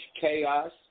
chaos